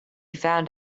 found